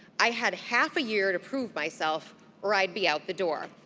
i had half a year to prove myself or i'd be out the door.